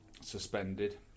suspended